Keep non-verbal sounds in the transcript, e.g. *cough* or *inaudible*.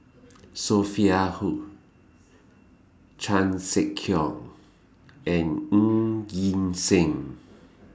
*noise* Sophia Hull Chan Sek Keong and Ng Yi Sheng